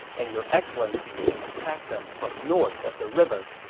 and your excellency can attack them from north of the river.